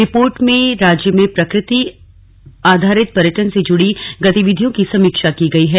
report में राज्य में प्रकृति आधारित पर्यटन से जुड़ी गतिविधियों की समीक्षा की गई है